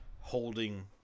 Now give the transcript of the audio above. holding